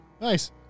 Nice